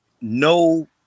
no